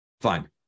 Fine